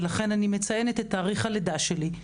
לכן אני מציינת את תאריך הלידה שלי.